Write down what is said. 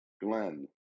Glenn